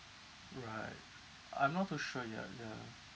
right I'm not too sure yet yeah